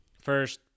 first